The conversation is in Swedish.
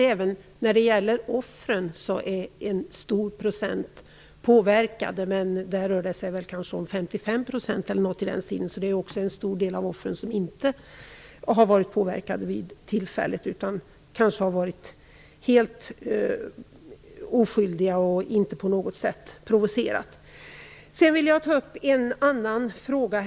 Även när det gäller offren är en stor andel påverkade. Men där rör det sig om ca 55 %, så det är också en stor del av offren som inte har varit påverkade vid tillfället. De kan ha varit helt oskyldiga och inte på något sätt provocerande. Jag vill också ta upp en annan fråga.